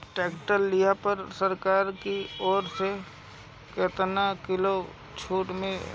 Tractor लिहला पर सरकार की ओर से केतना किलोग्राम छूट बा?